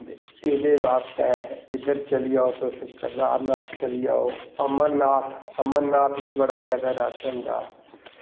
एह्दे बास्तै इद्धर चली जाओ तुस कदारनाथ चली जाओ अमरनाथ अमरनाथ बी बड़ा जैदा रश होंदा